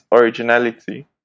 originality